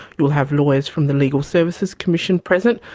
you'll have lawyers from the legal services commission present.